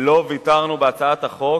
לא ויתרנו בהצעת החוק